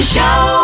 Show